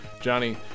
Johnny